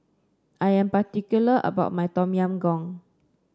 I am particular about my Tom Yam Goong